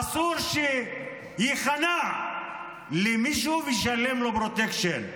אסור שייכנע למישהו וישלם לו פרוטקשן.